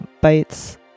bites